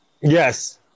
Yes